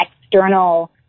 external